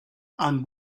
and